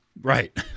Right